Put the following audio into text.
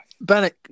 Bennett